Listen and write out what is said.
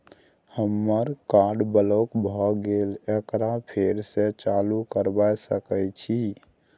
हमर card block भ गेले एकरा फेर स चालू करबा सके छि?